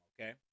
Okay